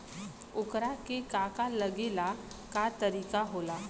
ओकरा के का का लागे ला का तरीका होला?